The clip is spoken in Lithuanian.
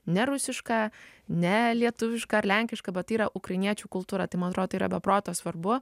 ne rusiška ne lietuviška ar lenkiška bet tai yra ukrainiečių kultūra tai man atrodo yra be proto svarbu